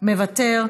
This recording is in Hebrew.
מוותר,